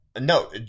No